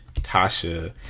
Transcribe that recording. Tasha